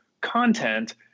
content